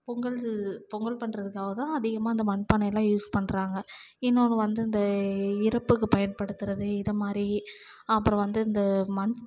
பொங்கல் பொங்கல் பண்றதுக்காகதான் அதிகமாக இந்த மண்பானைலாம் யூஸ் பண்ணுறாங்க இன்னொன்று வந்து இந்த இறப்புக்கு பயன்படுத்துறது இதமாதிரி அப்புறம் வந்து இந்த மண்